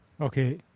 Okay